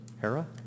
Hera